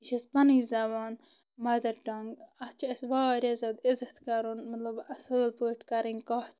یہِ چھِ اسہِ پنٕنۍ زبان مدر ٹنگ اتھ چھِ أسۍ واریاہ زیادٕ عِزتھ کرُن مطلب اصل پٲٹھۍ کرٕنۍ کتھ